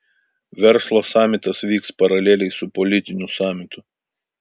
verslo samitas vyks paraleliai su politiniu samitu